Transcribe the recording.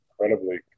incredibly